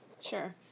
Sure